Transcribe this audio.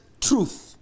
truth